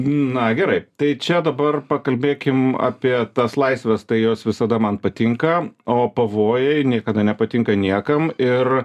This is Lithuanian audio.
na gerai tai čia dabar pakalbėkim apie tas laisves tai jos visada man patinka o pavojai niekada nepatinka niekam ir